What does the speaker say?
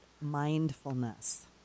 mindfulness